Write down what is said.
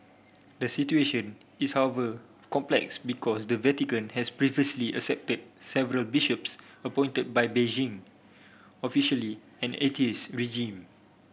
the situation is however complex because the Vatican has previously accepted several bishops appointed by Beijing officially an atheist regime